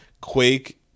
Quake